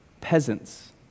peasants